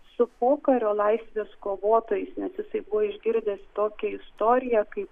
su pokario laisvės kovotojais nes jisai buvo išgirdęs tokią istoriją kaip